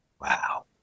Wow